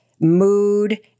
mood